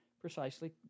precisely